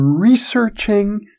researching